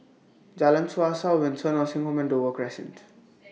Jalan Suasa Windsor Nursing Home and Dover Crescent